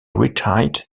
retired